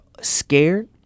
scared